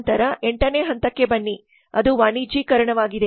ನಂತರ 8 ನೇ ಹಂತಕ್ಕೆ ಬನ್ನಿ ಅದು ವಾಣಿಜ್ಯೀಕರಣವಾಗಿದೆ